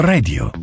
Radio